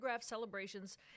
celebrations